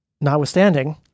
Notwithstanding